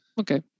Okay